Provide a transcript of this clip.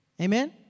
Amen